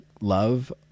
love